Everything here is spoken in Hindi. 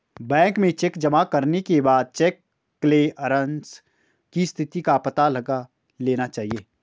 बैंक में चेक जमा करने के बाद चेक क्लेअरन्स की स्थिति का पता लगा लेना चाहिए